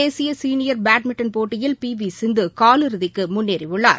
தேசிய senior badminton போட்டியில் P V Sindhu கால் இறுதிக்கு முன்னேறியுள்ளார்